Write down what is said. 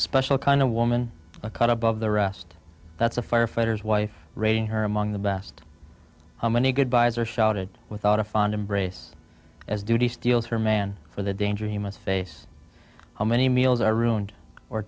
special kind of woman a cut above the rest that's a firefighter's wife raising her among the best how many goodbyes are shouted without a fond of brace as duty steals her man for the danger he must face how many meals are ruined or